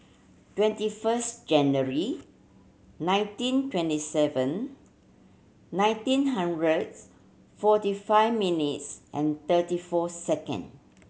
twenty first January nineteen twenty seven nineteen hundreds forty five minutes and thirty four second